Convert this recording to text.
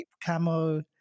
camo